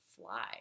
fly